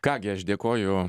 ką gi aš dėkoju